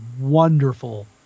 wonderful